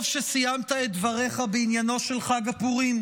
טוב שסיימת את דבריך בעניינו של חג הפורים,